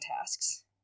tasks